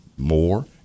more